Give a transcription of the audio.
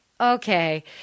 okay